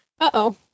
Uh-oh